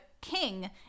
king